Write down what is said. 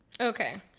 Okay